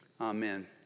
Amen